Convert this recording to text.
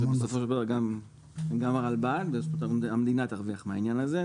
בסופו של דבר המדינה תרוויח מהעניין הזה.